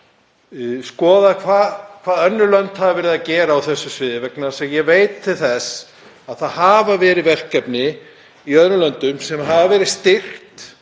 að skoða hvað önnur lönd hafa verið að gera á þessu sviði vegna þess að ég veit til þess að það hafa verið verkefni í öðrum löndum sem hafa verið styrkt,